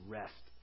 rest